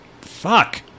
Fuck